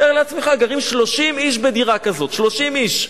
תאר לעצמך, גרים 30 איש בדירה כזאת, 30 איש.